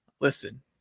Listen